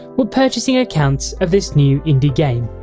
were purchasing accounts of this new indie game.